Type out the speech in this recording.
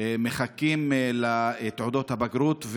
מחכים לתעודות הבגרות.